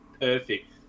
perfect